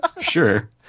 Sure